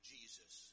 Jesus